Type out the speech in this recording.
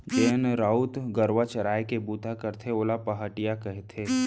जेन राउत गरूवा चराय के बूता करथे ओला पहाटिया कथें